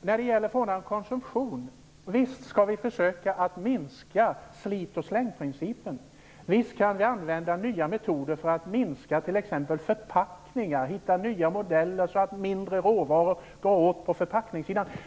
När det gäller frågan om konsumtion: Visst skall vi försöka minska slit-och-släng-principen. Visst kan vi använda nya metoder för att minska t.ex. förpackningar och finna nya modeller så att mindre råvaror går åt på förpackningssidan.